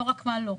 לא רק מה לא.